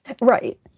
Right